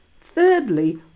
Thirdly